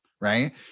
right